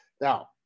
Now